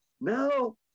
Now